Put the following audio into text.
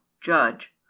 judge